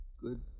Good